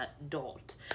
adult